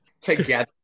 together